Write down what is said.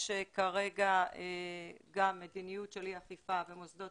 יש כרגע גם מדיניות של אי אכיפה במוסדות